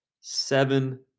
Seven